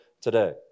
today